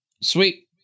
Sweet